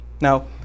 Now